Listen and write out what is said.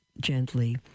gently